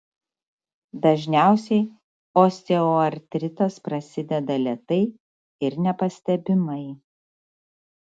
dažniausiai osteoartritas prasideda lėtai ir nepastebimai